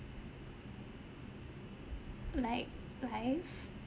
like live